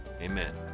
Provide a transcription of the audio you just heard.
Amen